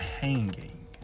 hanging